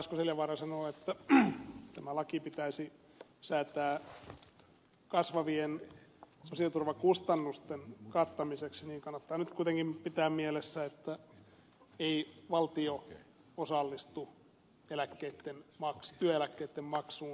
asko seljavaara sanoo että tämä laki pitäisi säätää kasvavien sosiaaliturvakustannusten kattamiseksi niin kannattaa nyt kuitenkin pitää mielessä että ei valtio osallistu työeläkkeitten maksuun